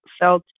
felt